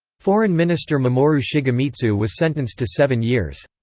foreign minister mamoru shigemitsu was sentenced to seven years.